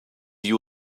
you